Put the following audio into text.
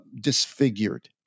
disfigured